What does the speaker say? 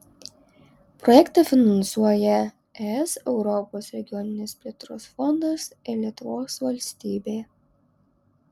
projektą finansuoja es europos regioninės plėtros fondas ir lietuvos valstybė